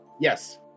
Yes